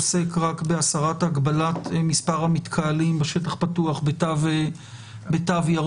עוסק רק בהסרת הגבלת מספר המתקהלים בשטח פתוח בתו ירוק,